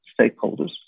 stakeholders